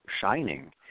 shining